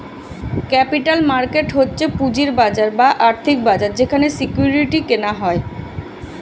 capital market হচ্ছে পুঁজির বাজার বা আর্থিক বাজার যেখানে সিকিউরিটি কেনা হয়